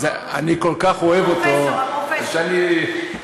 אני כל כך אוהב אותו, שאני, הפרופסור,